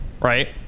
right